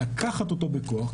לקחת אותו בכוח,